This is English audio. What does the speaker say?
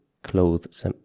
clothes